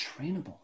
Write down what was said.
trainable